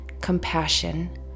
compassion